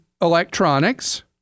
electronics